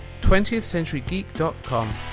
20thCenturyGeek.com